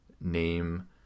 name